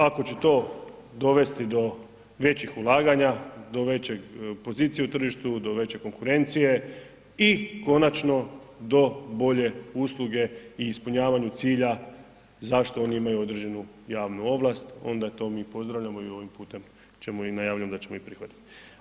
Ako će to dovesti do većih ulaganja, do veće pozicije u tržištu, do veće konkurencije i konačno do bolje usluge i ispunjavanju cilja zašto oni imaju određenu javnu ovlast onda to mi pozdravljamo i ovim putem ćemo, im najavljujem da ćemo ju prihvatiti.